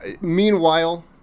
meanwhile